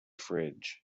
fridge